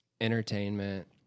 entertainment